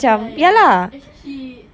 ya ya ya actually she